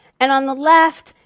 and on the left,